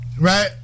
right